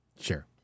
sure